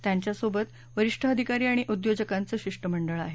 त्यांच्यासोबत वरिष्ठ अधिकारी आणि उद्योजकांचं शिष्टमंडळ आहे